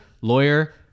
lawyer